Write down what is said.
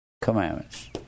commandments